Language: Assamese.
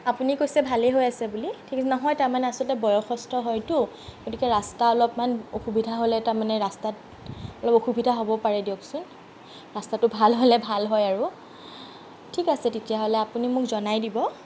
আপুনি কৈছে ভালেই হৈ আছে বুলি ঠিক নহয় তাৰ মানে আচলতে বয়সস্থ হয়তো গতিকে ৰাস্তাৰ অলপমান অসুবিধা হ'লে তাৰ মানে ৰাস্তাত অলপ অসুবিধা হ'ব পাৰে দিয়কচোন ৰাস্তাটো ভাল হ'লে ভাল হয় আৰু ঠিক আছে তেতিয়া হ'লে আপুনি মোক জনাই দিব